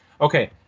Okay